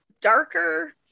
darker